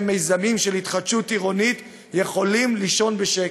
מיזמים של התחדשות עירונית יכולים לישון בשקט,